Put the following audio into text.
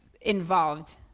involved